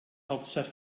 hauptstadt